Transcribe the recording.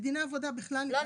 בדיני עבודה בכלל --- לא,